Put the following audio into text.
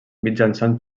mitjançant